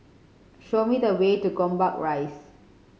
show me the way to Gombak Rise